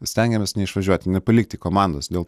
stengiamės neišvažiuot nepalikti komandos dėl